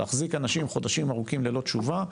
להחזיק אנשים חודשים ארוכים ללא תשובה,